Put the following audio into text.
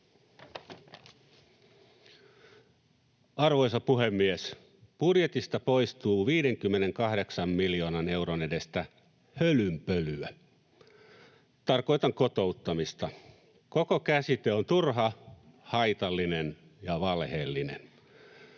Arvoisa puhemies! Budjetista poistuu 58 miljoonan euron edestä hölynpölyä. Tarkoitan kotouttamista. Koko käsite on turha, haitallinen ja valheellinen.